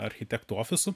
architektų ofisų